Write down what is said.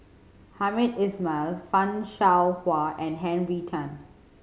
Hamed Ismail Fan Shao Hua and Henry Tan